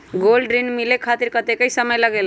Gold ऋण मिले खातीर कतेइक समय लगेला?